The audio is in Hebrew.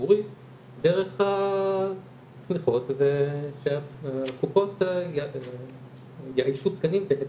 הציבורי דרך התמיכות ושהקופות יאיישו תקנים בהתאם.